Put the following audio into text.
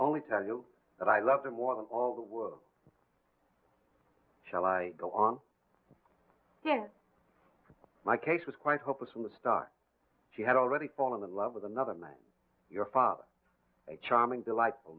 only tell you that i loved him more than all the world shall i go on my case was quite hopeless from the start she had already fallen in love with another man your father a charming delightful